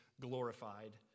glorified